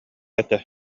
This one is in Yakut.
этэ